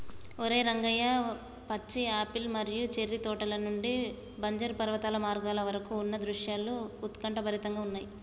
ఓరై రంగయ్య పచ్చి యాపిల్ మరియు చేర్రి తోటల నుండి బంజరు పర్వత మార్గాల వరకు ఉన్న దృశ్యాలు ఉత్కంఠభరితంగా ఉన్నయి